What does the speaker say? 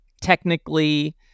technically